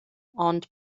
ond